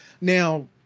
Now